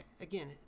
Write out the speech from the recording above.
again